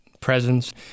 presence